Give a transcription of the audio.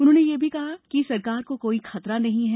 उन्होंने यह भी दावा किया की सरकार को कोई खतरा नहीं है